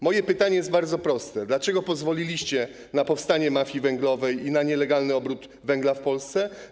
Moje pytanie jest bardzo proste: Dlaczego pozwoliliście na powstanie mafii węglowej i na nielegalny obrót węglem w Polsce?